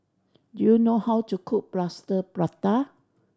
do you know how to cook Plaster Prata